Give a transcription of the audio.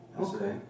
Okay